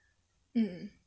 mm